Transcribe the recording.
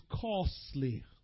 costly